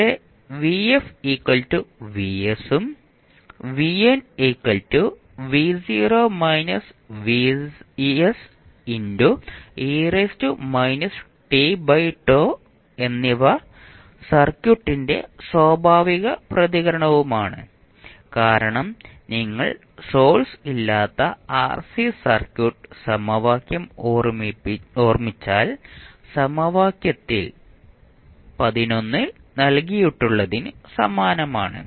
ഇവിടെ എന്നിവ സർക്യൂട്ടിന്റെ സ്വാഭാവിക പ്രതികരണമാണ് കാരണം നിങ്ങൾ സോഴ്സ് ഇല്ലാത്ത ആർസി സർക്യൂട്ട് സമവാക്യം ഓർമിച്ചാൽ സമവാക്യത്തിൽ നൽകിയിട്ടുള്ളതിന് സമാനമാണ്